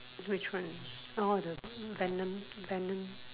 which one oh the Venom Venom